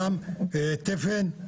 גם תפן,